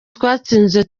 twatsinze